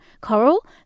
coral